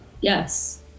Yes